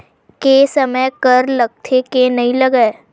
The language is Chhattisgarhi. के समय कर लगथे के नइ लगय?